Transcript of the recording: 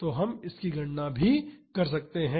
तो हम इसकी गणना भी कर सकते हैं